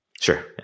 Sure